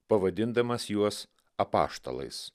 pavadindamas juos apaštalais